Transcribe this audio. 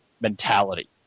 mentality